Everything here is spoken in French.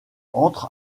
entre